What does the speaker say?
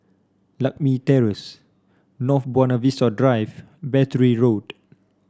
Lakme Terrace North Buona Vista Drive Battery Road